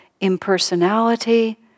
impersonality